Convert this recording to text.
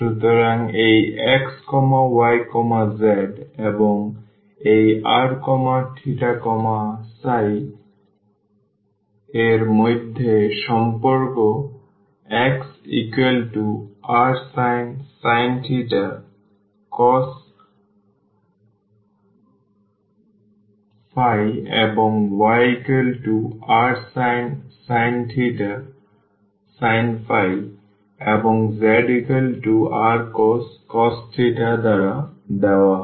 সুতরাং এই x y z এবং এই r θ φ এর মধ্যে সম্পর্ক xrsin cos এবং yrsin sin এবং zrcos দ্বারা দেওয়া হয়